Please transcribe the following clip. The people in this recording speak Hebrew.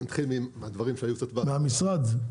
מהמשרד?